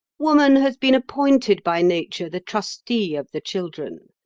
woman has been appointed by nature the trustee of the children.